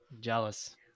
jealous